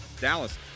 Dallas